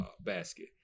basket